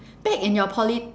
back in your poly